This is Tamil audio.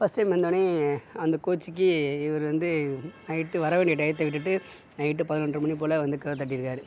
ஃபர்ஸ்ட் டைம் வந்தோடனையே அந்த கோச்சிக்கு இவரு வந்து நைட்டு வர வேண்டிய டயத்தை விட்டுவிட்டு நைட்டு பதினொன்ரை மணி போலே கதவை தட்டியிருக்காரு